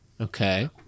Okay